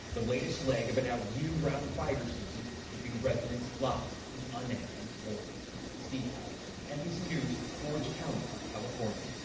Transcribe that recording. the latest leg of a now year around fire season keeping residents locked in unending worry steve patterson, nbc news, orange county, california.